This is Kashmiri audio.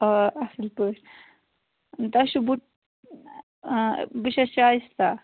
آ اصٕل پٲٹھۍ تۄہہِ چھُ بُہٕ آ بہٕ چھَس شایِستہ